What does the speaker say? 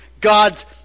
God's